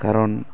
खारन